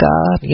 God